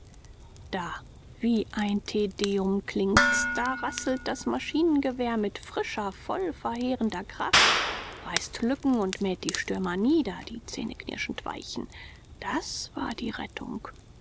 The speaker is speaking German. da wie ein tedeum klingt's da rasselt das maschinengewehr mit frischer voller verheerender kraft reißt lücken und mäht die stürmer nieder die zähneknirschend weichen das war die rettung